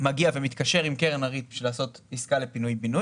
מגיע ומתקשר עם קרן ריט בשביל לעשות עסקה לפינוי-בינוי,